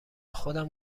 خودم